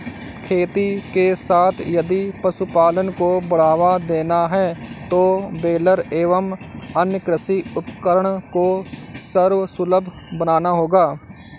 खेती के साथ यदि पशुपालन को बढ़ावा देना है तो बेलर एवं अन्य कृषि उपकरण को सर्वसुलभ बनाना होगा